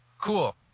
cool